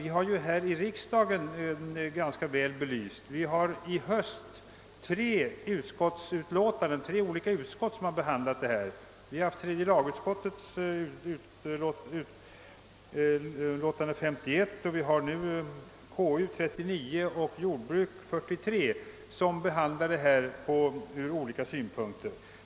Vi har här i riksdagen fått problemet ganska väl belyst; i höst har det behandlats av tre olika utskott. Vi har haft tredje lagutskottets utlåtande nr 51 och vi har nu konstitutionsutskottets utlåtande nr 39 och jordbruksutskottets utlåtande nr 43 som behandlar denna fråga från olika synpunkter.